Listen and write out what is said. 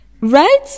Right